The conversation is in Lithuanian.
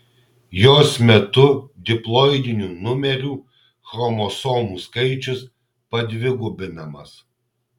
jos metu diploidinių numerių chromosomų skaičius padvigubinamas